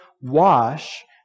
wash